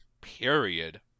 Period